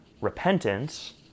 repentance